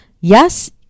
yes